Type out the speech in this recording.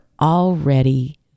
already